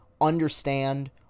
understand